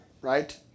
right